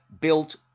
Built